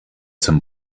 zum